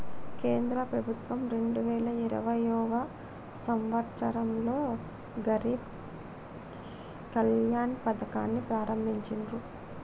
కేంద్ర ప్రభుత్వం రెండు వేల ఇరవైయవ సంవచ్చరంలో గరీబ్ కళ్యాణ్ పథకాన్ని ప్రారంభించిర్రు